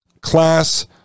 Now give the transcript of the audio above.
Class